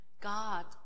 God